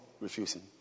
refusing